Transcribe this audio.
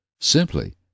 simply